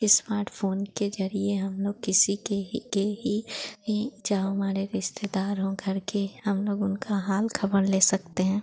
smartphone के ज़रिए हम लोग किसी के ही के ही ही चाहे वो हमारे रिश्तेदार हों घर के हम लोग उनका हाल ख़बर ले सकते हैं